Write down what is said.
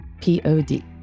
P-O-D